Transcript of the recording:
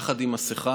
יחד עם מסכה,